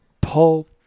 pull